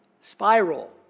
spiral